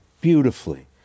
beautifully